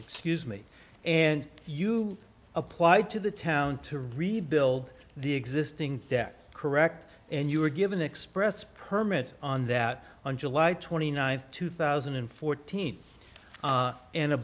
excuse me and you applied to the town to rebuild the existing debt correct and you were given express permits on that on july twenty ninth two thousand and fourteen and